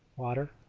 water